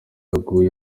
yaguye